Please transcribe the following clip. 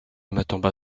maintenant